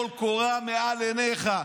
טול קורה מבין עיניך.